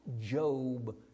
Job